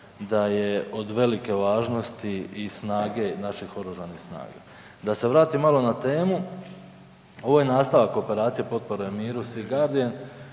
da je od velike važnosti i snage naših oružanih snaga. Da se vratim malo na temu, ovo je nastavak operacije potpore miru „Sea Guardian“